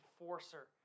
enforcer